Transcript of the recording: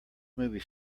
movie